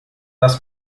das